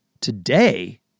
today